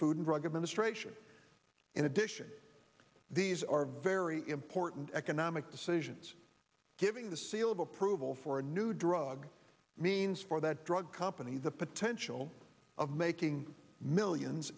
administration in addition these are very important economic decisions giving the seal of approval for a new drug means for that drug company the potential of making millions